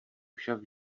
však